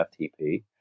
FTP